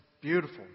Beautiful